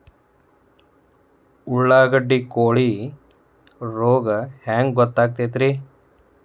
ಉಳ್ಳಾಗಡ್ಡಿ ಕೋಳಿ ರೋಗ ಹ್ಯಾಂಗ್ ಗೊತ್ತಕ್ಕೆತ್ರೇ?